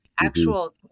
actual